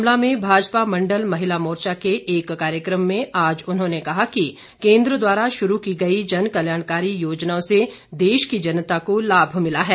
शिमला में भाजपा मंडल महिला मोर्चा के एक कार्यक्रम में आज उन्होंने कहा कि केन्द्र द्वारा शुरू की गई जन कल्याणकारी योजनाओं से देश की जनता को लाभ मिला है